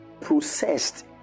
processed